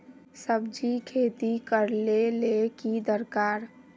सब्जी खेती करले ले की दरकार?